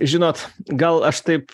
žinot gal aš taip